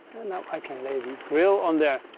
i can lay the grill on there.